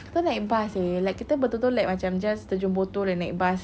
tak tahu naik bus eh like kita betul-betul like macam just terjun botol dan naik bus